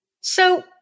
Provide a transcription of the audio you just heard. So-